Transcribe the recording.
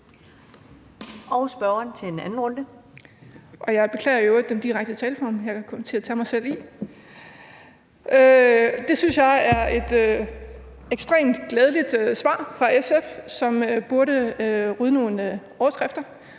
Kathrine Olldag (RV): Jeg beklager i øvrigt den direkte tiltaleform, jeg kom til at tage mig selv i. Det synes jeg er et ekstremt glædeligt svar fra SF, som burde rydde nogle overskrifter.